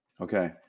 Okay